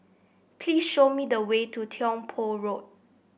please show me the way to Tiong Poh Road